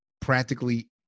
practically